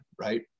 right